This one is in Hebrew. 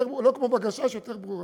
לא כמו ב"גשש", יותר ברורה.